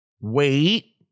wait